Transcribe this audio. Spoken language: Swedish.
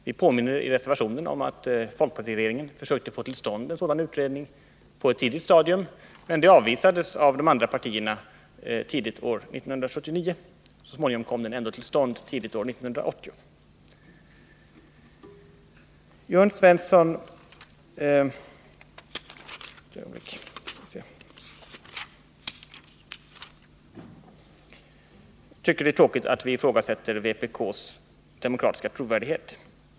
Vi påminner i reservationen om att folkpartiregeringen försökte få till stånd en sådan utredning på ett tidigt stadium men att det förslaget avvisades av de andra partierna tidigt år 1979. Så småningom kom utredningen ändå till stånd, tidigt år 1980. Jörn Svensson tycker det är tråkigt att vi ifrågasätter vpk:s demokratiska trovärdighet.